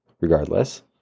Regardless